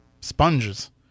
sponges